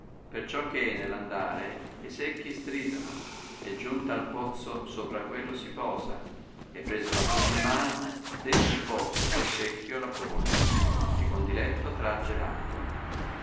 acqua perciò che nell'andare e secchi stridono e giunta al pozzo sopra quello si posa e presa la fune in mano dentro il pozzo col secchio la pone e con diletto tragge l'acqua